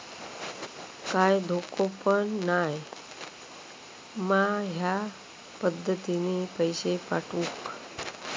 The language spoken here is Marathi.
काय धोको पन नाय मा ह्या पद्धतीनं पैसे पाठउक?